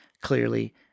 clearly